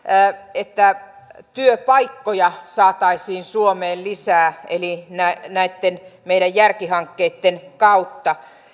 että työpaikkoja saataisiin suomeen lisää eli näitten meidän järkihankkeitten kautta